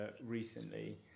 recently